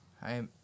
Hi